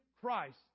Christ